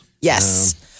Yes